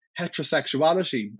heterosexuality